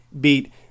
beat